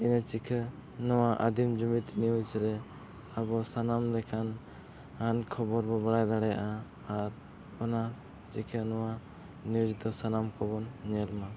ᱤᱱᱟᱹ ᱪᱮᱠᱟ ᱱᱚᱣᱟ ᱟᱫᱤᱢ ᱡᱩᱢᱤᱫ ᱱᱤᱭᱩᱡᱽ ᱨᱮ ᱟᱵᱚ ᱥᱟᱱᱟᱢ ᱞᱮᱠᱟᱱ ᱠᱷᱚᱵᱚᱨ ᱵᱚᱱ ᱵᱟᱲᱟᱭ ᱫᱟᱲᱮᱭᱟᱜᱼᱟ ᱟᱨ ᱚᱱᱟ ᱪᱮᱠᱟ ᱱᱚᱣᱟ ᱫᱚ ᱥᱟᱱᱟᱢ ᱠᱚᱵᱚᱱ ᱧᱮᱞ ᱢᱟ